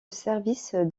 service